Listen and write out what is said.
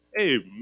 Amen